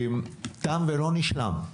תם ולא נשלם.